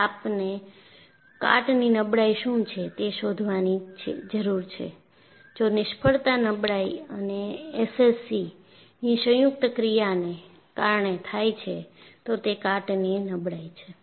હવે આપને કાટની નબળાઈ શું છે તે શોધવાની છે જો નિષ્ફળતા નબળાઈ અને એસસીસીની સંયુક્ત ક્રિયાને કારણે થાય છે તો તે કાટની નબળાઈ છે